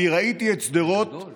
אני ראיתי את שדרות